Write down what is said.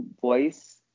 voice